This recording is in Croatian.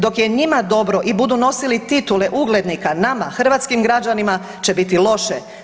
Dok je njima dobro i budu nosili titule uglednika, nama, hrvatskim građanima će biti loše.